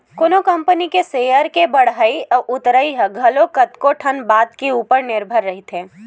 कोनो कंपनी के सेयर के बड़हई अउ उतरई ह घलो कतको ठन बात के ऊपर निरभर रहिथे